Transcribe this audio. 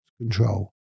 control